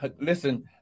listen